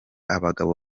abagabo